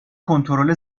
کنترل